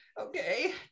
okay